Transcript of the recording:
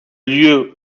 lieux